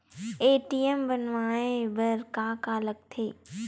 ATM बनवाय बर का का लगथे?